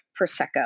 Prosecco